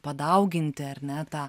padauginti ar ne tą